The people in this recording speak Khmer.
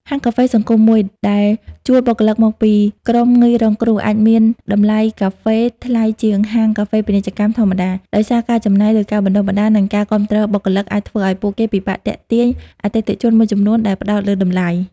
ហាងកាហ្វេសង្គមមួយ ដែលជួលបុគ្គលិកមកពីក្រុមងាយរងគ្រោះ អាចមានតម្លៃកាហ្វេថ្លៃជាងហាងកាហ្វេពាណិជ្ជកម្មធម្មតា ដោយសារការចំណាយលើការបណ្តុះបណ្តាល និងការគាំទ្របុគ្គលិក អាចធ្វើឲ្យពួកគេពិបាកទាក់ទាញអតិថិជន មួយចំនួនដែលផ្តោតលើតម្លៃ។